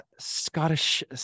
scottish